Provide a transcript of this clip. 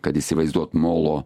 kad įsivaizduot molo